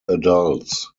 adults